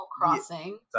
Crossing